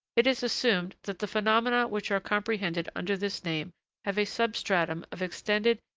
it is assumed that the phenomena which are comprehended under this name have a substratum of extended,